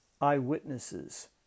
Eyewitnesses